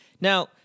Now